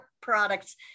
products